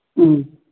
ꯎꯝ